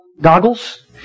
goggles